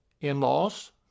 In-laws